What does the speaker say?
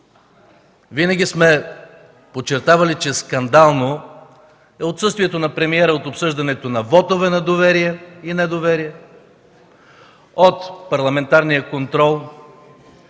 Винаги сме подчертавали, че е скандално отсъствието на премиера от обсъждането на вотове на доверие и недоверие, от парламентарния контрол,